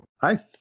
hi